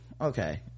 okay